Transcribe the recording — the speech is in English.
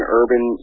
urban